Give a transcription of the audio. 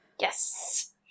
Yes